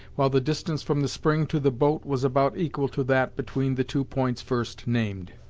while the distance from the spring to the boat was about equal to that between the two points first named.